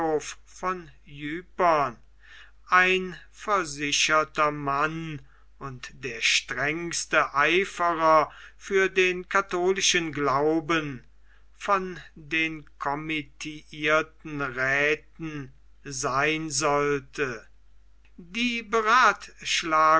ein versicherter mann und der strengste eiferer für den katholischen glauben von den committierten räthen sein sollte die beratschlagung